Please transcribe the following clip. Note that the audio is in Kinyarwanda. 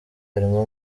harimo